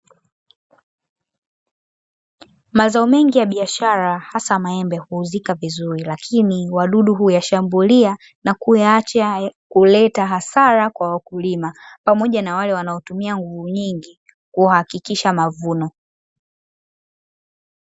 Mazao mengi ya biashara hasa maembe huuzika vizuri lakini wadudu huyashambulia na kuyaacha kuleta hasara kwa wakulima pamoja na wale wanaotumia nguvu nyingi kuhakikisha mavuno.